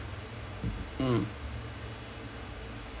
mm